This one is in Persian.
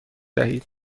دهید